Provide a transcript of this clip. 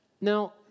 Now